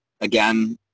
again